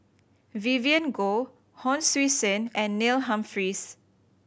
Vivien Goh Hon Sui Sen and Neil Humphreys